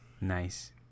Nice